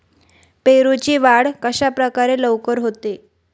पेरूची वाढ कशाप्रकारे लवकर होते?